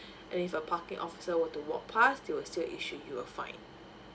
there is a parking official would to walk pass they will still issue you a fine